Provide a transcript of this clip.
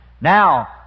Now